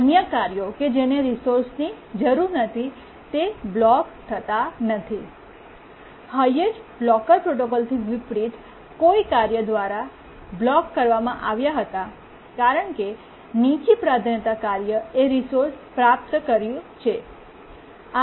અન્ય કાર્યો કે જેને રિસોર્સની જરૂર નથી તે બ્લોક થતા નથી હાયેસ્ટલોકર પ્રોટોકોલથી વિપરીત કોઈ કાર્ય દ્વારા બ્લોક કરવામાં આવ્યા હતા કારણ કે નીચા પ્રાધાન્યતા કાર્યએ રિસોર્સ પ્રાપ્ત કર્યું છે